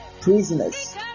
prisoners